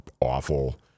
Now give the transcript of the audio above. awful